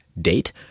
date